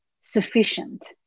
sufficient